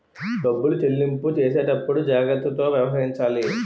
డబ్బులు చెల్లింపు చేసేటప్పుడు జాగ్రత్తతో వ్యవహరించాలి